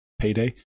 payday